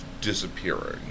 disappearing